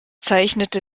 zeichnete